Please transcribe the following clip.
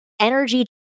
energy